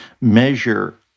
measure